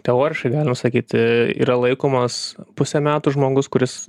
teoriškai galima sakyt yra laikomas puse metų žmogus kuris